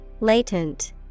Latent